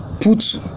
put